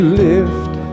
lift